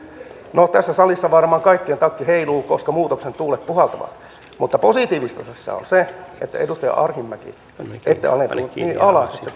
no tässä salissa varmaan kaikkien takki heiluu koska muutoksen tuulet puhaltavat mutta positiivista tässä on se että edustaja arhinmäki ette alentunut niin alas